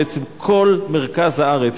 בעצם כל מרכז הארץ.